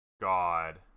god